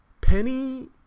Penny